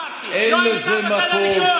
אין לזה מקום.